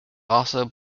also